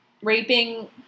raping